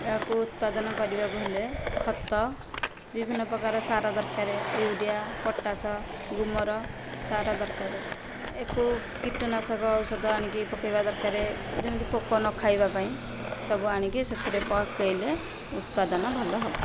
ଏହାକୁ ଉତ୍ପାଦନ କରିବାକୁ ହେଲେ ଖତ ବିଭିନ୍ନ ପ୍ରକାର ସାର ଦରକାର ୟୁରିଆ ପଟାସ ଗ୍ରୁମୋର ସାର ଦରକାର ଏକୁ କୀଟନାଶକ ଔଷଧ ଆଣିକି ପକେଇବା ଦରକାର ଯେମିତି ପୋକ ନ ଖାଇବା ପାଇଁ ସବୁ ଆଣିକି ସେଥିରେ ପକେଇଲେ ଉତ୍ପାଦନ ଭଲ ହେବ